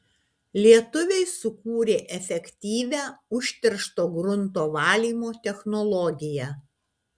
lietuviai sukūrė efektyvią užteršto grunto valymo technologiją